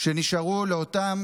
שנשארו לאותם